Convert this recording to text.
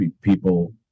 people